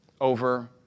over